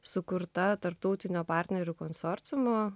sukurta tarptautinio partnerių konsorciumo